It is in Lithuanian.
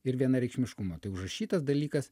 ir vienareikšmiškumo tai užrašytas dalykas